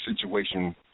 situation